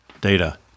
Data